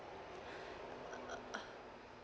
uh